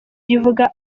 rivuga